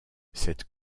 cette